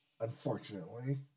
Unfortunately